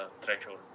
threshold